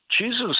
Jesus